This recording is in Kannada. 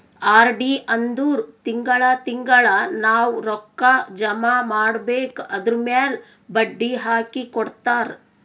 ಆರ್.ಡಿ ಅಂದುರ್ ತಿಂಗಳಾ ತಿಂಗಳಾ ನಾವ್ ರೊಕ್ಕಾ ಜಮಾ ಮಾಡ್ಬೇಕ್ ಅದುರ್ಮ್ಯಾಲ್ ಬಡ್ಡಿ ಹಾಕಿ ಕೊಡ್ತಾರ್